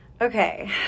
Okay